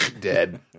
dead